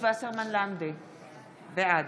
לטפל בטראומה,